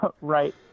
Right